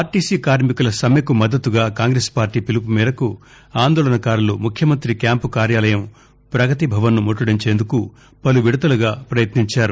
RTC కార్మికు సమ్మెకు మద్దతుగా కాంగ్రెస్ పార్టీ పిలుపు మేరకు ఆందోళనకారులు ముఖ్యమంతి క్యాంపు కార్యాలయం పగతి భవన్ను ముట్టడించేందుకు పలు విడతలుగా ప్రపయత్నించారు